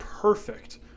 perfect